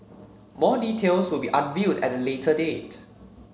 more details will be unveiled at a later date